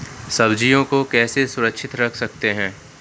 सब्जियों को कैसे सुरक्षित रख सकते हैं?